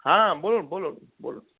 হ্যাঁ বলুন বলুন বলুন